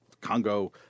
Congo